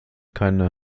keine